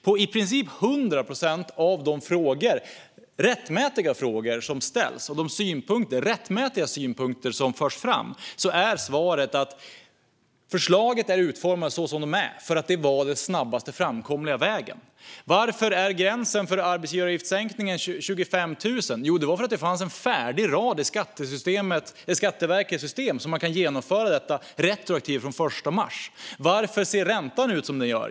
På i princip hundra procent av de rättmätiga frågor som ställs och de rättmätiga synpunkter som förs fram är svaret att förslagen är utformade som de är för att det var den snabbast framkomliga vägen. Varför är gränsen för arbetsgivaravgiftssänkningen 25 000? Jo, det är för att det fanns en färdig rad i Skatteverkets system som gör att man kan genomföra detta retroaktivt från den 1 mars. Varför ser räntan ut som den gör?